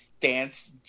dance